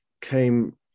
came